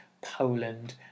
Poland